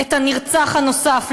את הנרצח הנוסף,